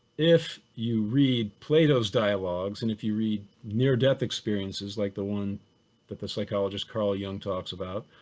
if you read plato's dialogues, and if you read near death experiences like the one that the psychologist carl jung talks about,